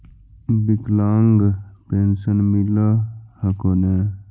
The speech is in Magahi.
विकलांग पेन्शन मिल हको ने?